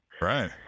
Right